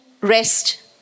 rest